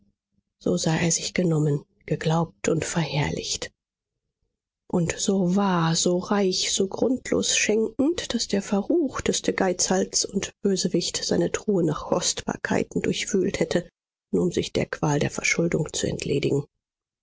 so sah er sich genommen geglaubt und verherrlicht und so wahr so reich so grundlos schenkend daß der verruchteste geizhals und bösewicht seine truhe nach kostbarkeiten durchwühlt hätte nur um sich der qual der verschuldung zu entledigen